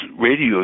radio